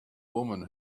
woman